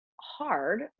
hard